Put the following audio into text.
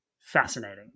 fascinating